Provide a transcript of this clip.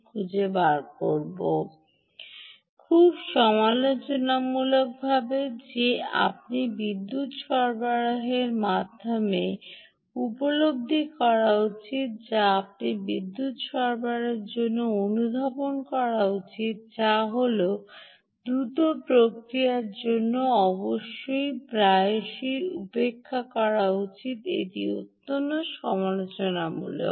খুব সমালোচনামূলক যে বিদ্যুৎ সরবরাহের মাধ্যমে উপলব্ধি করা উচিত বিদ্যুৎ সরবরাহের মাধ্যমে অনুধাবন করা উচিত তা হল দ্রুত প্রতিক্রিয়ার জন্য প্রায়শই উপেক্ষা করা যায় তবে এটি অত্যন্ত সমালোচনামূলক